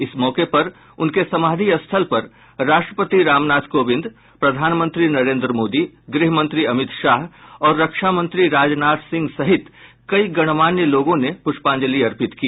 इस मौके पर उनके समाधि स्थल पर राष्ट्रपति रामनाथ कोविंद प्रधानमंत्री नरेन्द्र मोदी गृह मंत्री अमित शाह और रक्षा मंत्री राजनाथ सिंह सहित कई गणमान्य लोगों ने पुष्पांजलि अर्पित की